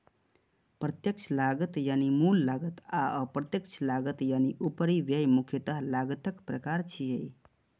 प्रत्यक्ष लागत यानी मूल लागत आ अप्रत्यक्ष लागत यानी उपरिव्यय मुख्यतः लागतक प्रकार छियै